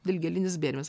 dilgėlinis bėrimas